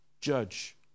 judge